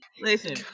listen